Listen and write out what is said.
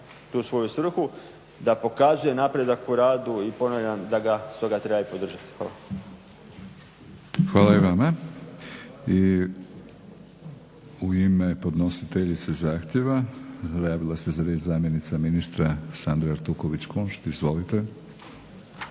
tu svoju svrhu da pokazuje napredak u radu i ponavljam da ga stoga treba i podržati. Hvala. **Batinić, Milorad (HNS)** Hvala i vama. U ime podnositeljice zahtjeva javila se za riječ zamjenica ministra Sandra Artuković Kunšt. Izvolite.